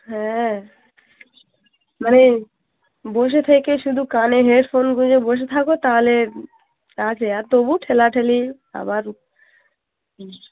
হ্যাঁ মানে বসে থেকে শুধু কানে হেডফোন গুঁজে বসে থাকো তাহালে আছে আর তবু ঠেলাঠেলি আবার হুম